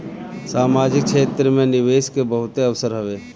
सामाजिक क्षेत्र में निवेश के बहुते अवसर हवे